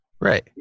Right